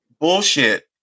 bullshit